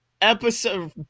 episode